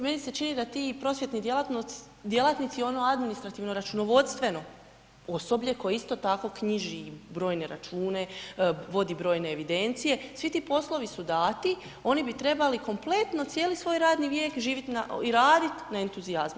Meni se čini da ti prosvjetni djelatnici i ono administrativno računovodstveno osoblje koje isto tako knjiži brojne račune, vodi brojne evidencije, svi ti poslovi su dati, oni bi trebali kompletno cijeli svoj radni vijek živit i radit na entuzijazmu.